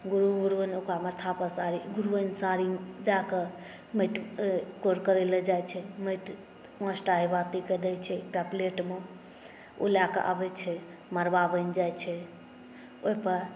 गुरु गुरुआइन ओकर माथापर साड़ी गुरुआइन साड़ी दए कऽ माटि कोरि कऽ लए जाइत छै माटि पाँच टा अहिबातिकेँ दैत छै एकटा प्लेटमे ओ लए कऽ आबैत छै मड़वा बनि जाइत छै ओहिपर